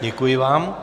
Děkuji vám.